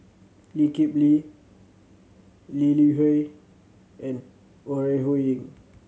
Lee Kip Lee Lee Li Hui and Ore Huiying